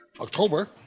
October